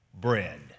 bread